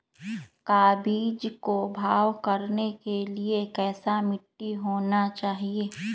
का बीज को भाव करने के लिए कैसा मिट्टी होना चाहिए?